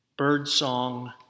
birdsong